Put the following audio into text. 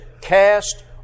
cast